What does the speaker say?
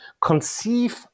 conceive